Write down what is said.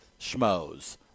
schmoes